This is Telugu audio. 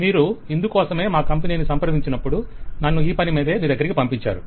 మీరు ఇందుకోసమే మా కంపెనీని సంప్రదించినప్పుడు నన్ను ఈ పనిమీదే మీదగ్గరికి పంపించారు